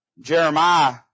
Jeremiah